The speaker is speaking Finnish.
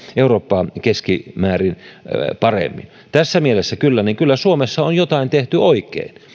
eurooppaa keskimäärin parempi tässä mielessä kyllä kyllä suomessa on jotain tehty oikein